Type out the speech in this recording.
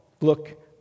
look